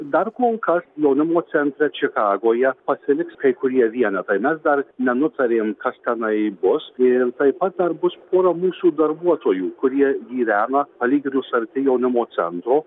dar kol kas jaunimo centre čikagoje pasiliks kai kurie vienetai mes dar nenutarėm kas tenai bus ir taip pat dar bus pora mūsų darbuotojų kurie gyvena palyginus arti jaunimo centro